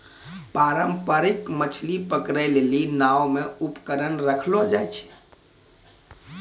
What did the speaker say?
पारंपरिक मछली पकड़ै लेली नांव मे उपकरण रखलो जाय छै